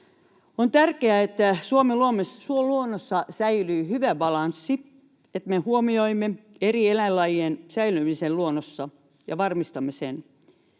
On tärkeää, että Suomen luonnossa säilyy hyvä balanssi — että me huomioimme eri eläinlajien säilymisen luonnossa ja varmistamme sen